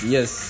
Yes